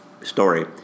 story